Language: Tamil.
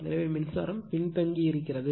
எனவே மின்சாரம் பின்தங்கியிருக்கிறது